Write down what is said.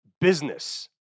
business